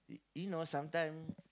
you know sometime